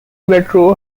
metro